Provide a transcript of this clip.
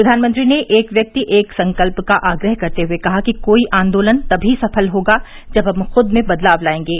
प्रधानमंत्री ने एक व्यक्ति एक संकल्प का आग्रह करते हए कहा कि कोई आन्दोलन तनी सफल होगा जब हम खुद में बदलाव लायेंगे